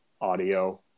audio